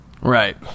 right